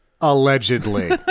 allegedly